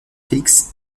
félix